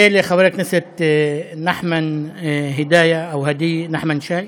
ולחבר הכנסת נחמן הדיה, או הדייה, נחמן שי.